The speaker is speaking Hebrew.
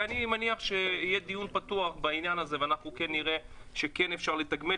אני מניח שיהיה דיון פתוח בעניין הזה ואנחנו כן נראה שכן אפשר לתגמל.